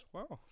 Wow